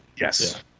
Yes